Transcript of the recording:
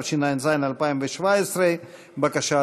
התשע"ז 2017. בבקשה,